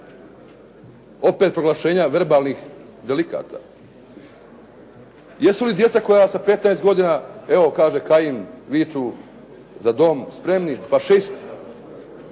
opet proglašenja verbalnih delikata. Jesu li djeca koja sa 15 godina, evo kaže Kajin, viču "Za dom spremni!" fašisti?